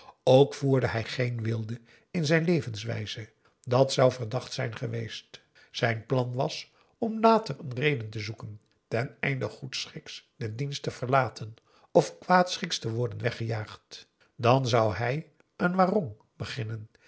ook voerde hij geen weelde in zijn levenswijze dat zou verdacht zijn geweest zijn plan was om later een reden te zoeken ten einde goedschiks den dienst te verlaten of kwaadschiks te worden weggejaagd dan zou hij een warong beginnen